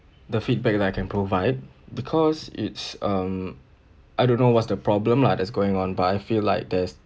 the feedback that I can provide because it's um I don't know what's the problem lah that's going on but I feel like there's